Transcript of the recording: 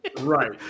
Right